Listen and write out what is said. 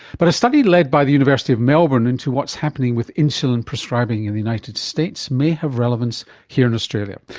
but a study led by the university of melbourne into what's happening with insulin prescribing in the united states may have relevance here in australia.